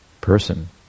person